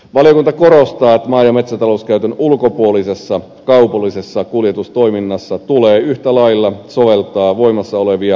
valiokunta korostaa että maa ja metsätalouskäytön ulkopuolisessa kaupallisessa kuljetustoiminnassa tulee yhtä lailla soveltaa voimassa olevia ammattipätevyysvaatimuksia